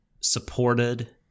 supported